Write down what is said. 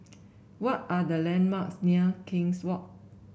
what are the landmarks near King's Walk